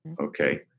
okay